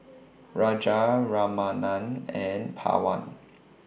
Raja Ramanand and Pawan